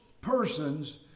persons